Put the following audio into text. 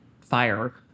fire